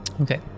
Okay